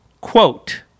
quote